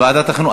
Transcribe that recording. ועדת החינוך.